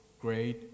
great